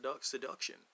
Seduction